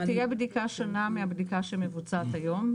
תהיה בדיקה שונה מהבדיקה שמבוצעת היום.